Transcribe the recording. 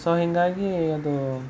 so ಹೀಗಾಗಿ ಅದು